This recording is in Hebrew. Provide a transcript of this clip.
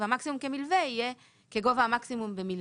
והמקסימום כמלווה כגובה המקסימום במלווה.